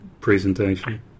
presentation